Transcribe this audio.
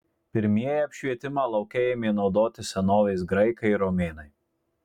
pirmieji apšvietimą lauke ėmė naudoti senovės graikai ir romėnai